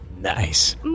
Nice